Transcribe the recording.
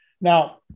Now